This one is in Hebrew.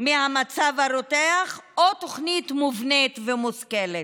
ממצב הרותח או תוכנית מובנית ומושכלת?